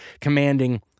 commanding